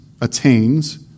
attains